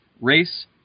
Race